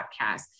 podcast